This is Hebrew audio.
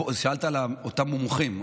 שאלת על אותם מומחים,